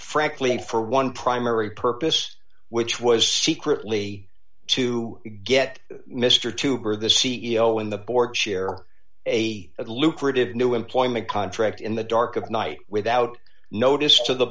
frankly for one primary purpose which was secretly to get mr tuber the c e o in the board share a lucrative new employment contract in the dark of night without notice to the